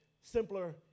simpler